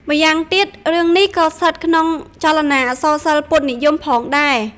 ម្យ៉ាងទៀត រឿងនេះក៏ស្ថិតក្នុងចលនាអក្សរសិល្ប៍ពុទ្ធនិយមផងដែរ។